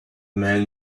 man